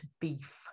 beef